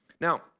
Now